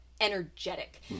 energetic